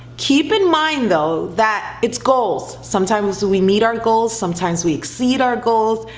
keep in mind, though, that it's goals. sometimes we meet our goals. sometimes we exceed our goals,